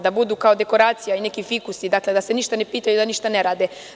Da budu kao dekoracija i neki fikusi, dakle da se ništa ne pitaju, da ništa ne rade.